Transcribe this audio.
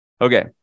Okay